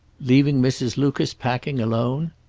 leaving mrs. lucas packing alone?